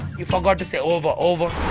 you forgot to say over, over!